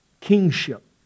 kingship